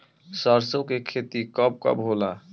सरसों के खेती कब कब होला?